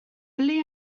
ble